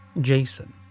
Jason